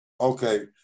Okay